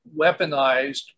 weaponized